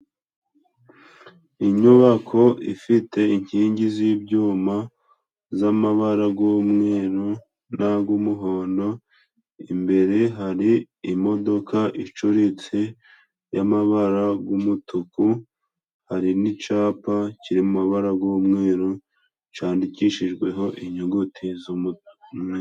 Inyubako ifite inkingi z'ibyuma z'amabara g'umweru n'ag'umuhondo， imbere hari imodoka icuritse y'amabara g’umutuku， hari n'icapa kiri mu mabara g'umweru candikishijweho inyuguti z'umutuku.